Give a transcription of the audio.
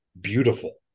beautiful